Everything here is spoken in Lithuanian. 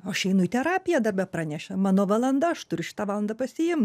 o aš einu į terapiją dabe pranešė mano valanda aš turiu šitą valandą pasiimt